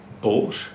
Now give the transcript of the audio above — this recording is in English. bought